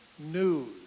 news